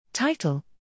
Title